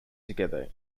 together